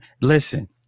listen